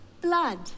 blood